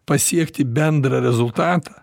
pasiekti bendrą rezultatą